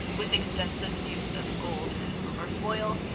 with extensive use of gold and silver foil,